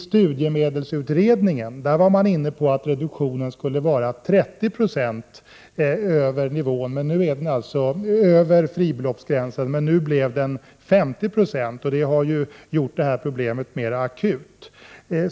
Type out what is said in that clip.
Studiemedelsutredningen var inne på att reduceringen skulle vara 30 9o när årsinkomsten översteg fribeloppsgränsen, men reduceringen blev nu 50 96, vilket har gjort detta problem mer akut.